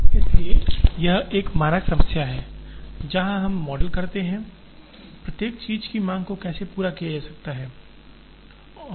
इसलिए यह एक मानक समस्या है जहां हम मॉडल करते हैं प्रत्येक चीज की मांग को कैसे पूरा किया जा सकता है